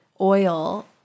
oil